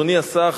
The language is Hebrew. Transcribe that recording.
אדוני השר,